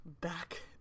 back